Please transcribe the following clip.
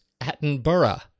Attenborough